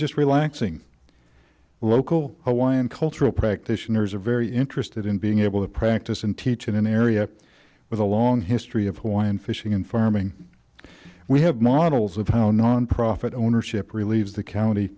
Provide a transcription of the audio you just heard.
just relaxing local hawaiian cultural practitioners are very interested in being able to practice and teach in an area with a long history of hawaiian fishing and farming we have models of how nonprofit ownership relieves the county